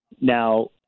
Now